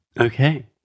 Okay